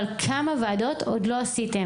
כמה לא אושרו?